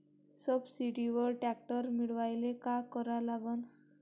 सबसिडीवर ट्रॅक्टर मिळवायले का करा लागन?